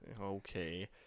Okay